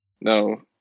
no